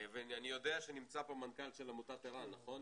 אני יודע שנמצא פה מנכ"ל ער"ן, נכון?